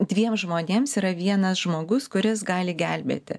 dviem žmonėms yra vienas žmogus kuris gali gelbėti